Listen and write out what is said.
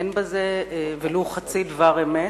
אין בזה ולו חצי דבר אמת,